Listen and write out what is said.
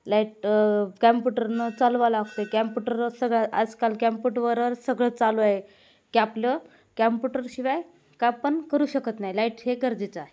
light कॅम्प्युटरनं चालवाय लागत आहे कॅम्पुटर सगळं आजकाल कॅम्पुटवरच सगळं चालू आहे की आपलं कॅम्पुटरशिवाय काय पण करू शकत नाही लाईट हे गरजेचं आहे